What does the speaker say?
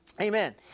Amen